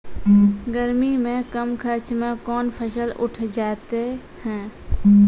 गर्मी मे कम खर्च मे कौन फसल उठ जाते हैं?